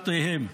ולאמונותיהם.